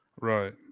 right